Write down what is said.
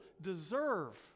deserve